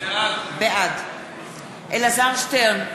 בעד אלעזר שטרן,